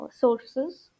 sources